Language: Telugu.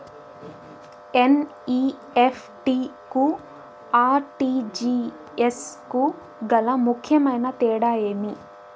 ఎన్.ఇ.ఎఫ్.టి కు ఆర్.టి.జి.ఎస్ కు గల ముఖ్యమైన తేడా ఏమి?